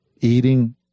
eating